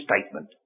statement